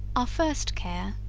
our first care,